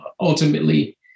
Ultimately